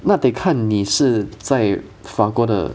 那得看你是在法国的